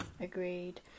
Agreed